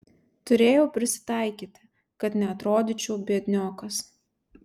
turėjau prisitaikyti kad neatrodyčiau biedniokas